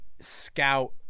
scout